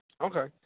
Okay